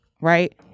right